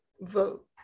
vote